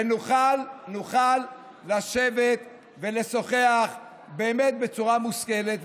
ונוכל לשבת ולשוחח באמת בצורה מושכלת.